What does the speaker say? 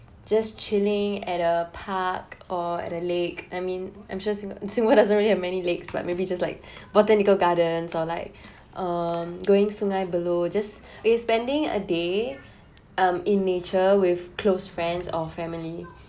just chilling at a park or at the lake I mean I'm sure singa~ in singapore doesn't really have many lakes but maybe just like botanical gardens or like um going sungei buloh just we spending a day um in nature with close friends or family